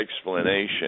explanation